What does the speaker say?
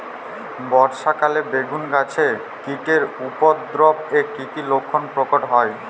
বর্ষা কালে বেগুন গাছে কীটের উপদ্রবে এর কী কী লক্ষণ প্রকট হয়?